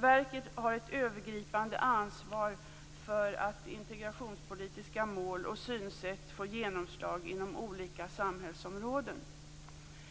Verket har ett övergripande ansvar för att integrationspolitiska mål och synsätt får genomslag inom olika samhällsområden.